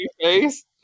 face